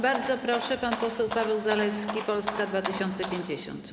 Bardzo proszę, pan poseł Paweł Zalewski Polska 2050.